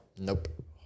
Nope